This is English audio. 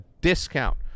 discount